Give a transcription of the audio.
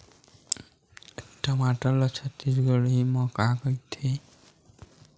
टमाटर ला छत्तीसगढ़ी मा का कइथे?